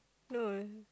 no